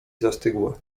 zastygłe